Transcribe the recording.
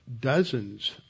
dozens